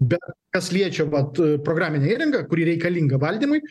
bet kas liečia vat programinę įrangą kuri reikalinga valdymui